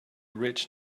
rich